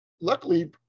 Luckily